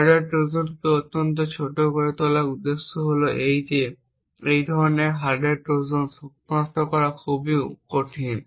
hardware ট্রোজানকে অত্যন্ত ছোট করে তোলার উদ্দেশ্য হল এই যে এই ধরনের হার্ডওয়্যার ট্রোজান সনাক্ত করা খুবই কঠিন